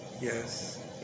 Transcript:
Yes